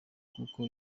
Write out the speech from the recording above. kuko